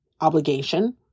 obligation